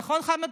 נכון, חמד?